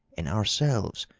and ourselves,